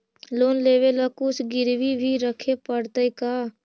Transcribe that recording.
Loan लेबे ल कुछ गिरबी भी रखे पड़तै का?